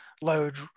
load